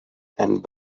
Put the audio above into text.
and